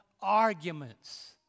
arguments